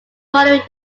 following